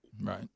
right